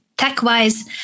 tech-wise